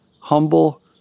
humble